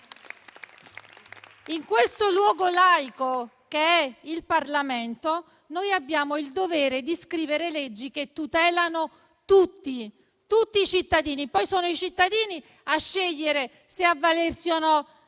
In questo luogo laico che è il Parlamento, noi abbiamo il dovere di scrivere leggi che tutelano tutti i cittadini. Poi, sono i cittadini a scegliere se avvalersi o no